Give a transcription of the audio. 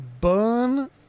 burn